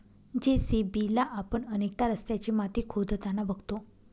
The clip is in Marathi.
जे.सी.बी ला आपण अनेकदा रस्त्याची माती खोदताना बघतो